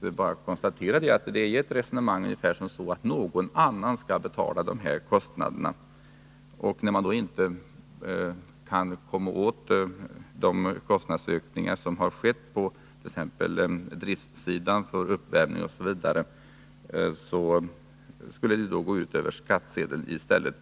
bara konstatera att man för ett resonemang som går ut på att någon annan skall betala kostnaderna. När man inte kan komma åt de kostnadsökningar som skett på exempelvis driftsidan, när det gäller uppvärmning osv., skall de i stället tas ut över skattsedeln.